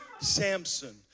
Samson